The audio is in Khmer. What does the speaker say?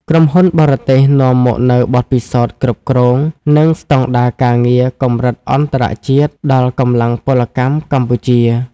ក្រុមហ៊ុនបរទេសនាំមកនូវបទពិសោធន៍គ្រប់គ្រង និងស្ដង់ដារការងារកម្រិតអន្តរជាតិដល់កម្លាំងពលកម្មកម្ពុជា។